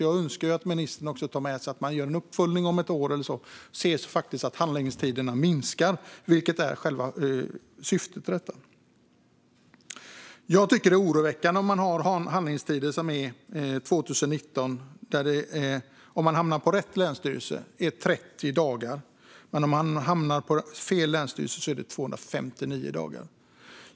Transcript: Jag önskar därför att ministern tar med sig att man bör göra en uppföljning om något år så att man ser att handläggningstiderna faktiskt minskar, vilket är själva syftet. Jag tycker att det är oroväckande att man 2019 hade handläggningstider på 30 dagar om man hamnar hos rätt länsstyrelse men 259 dagar om man hamnar hos fel länsstyrelse.